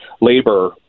labor